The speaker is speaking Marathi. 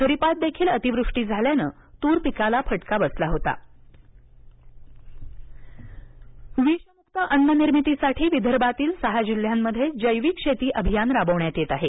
खरिपातदेखील अतिवृष्टी झाल्याने तुर पिकाला फटका बसला होता सेंद्रिय अकोला विषमुक्त अन्न निर्मितीसाठी विदर्भातील सहा जिल्ह्यांमध्ये जैविक शेती अभियान राबण्यात येत आहे